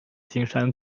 金山